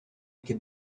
could